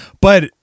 But-